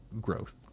growth